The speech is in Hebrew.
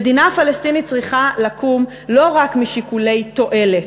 מדינה פלסטינית צריכה לקום לא רק משיקולי תועלת,